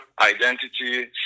identity